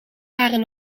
waren